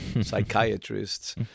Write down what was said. psychiatrists